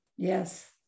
Yes